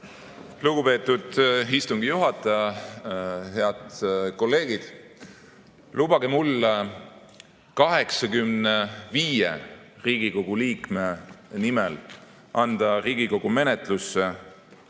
Lugupeetud istungi juhataja! Head kolleegid! Lubage mul 85 Riigikogu liikme nimel anda Riigikogu menetlusse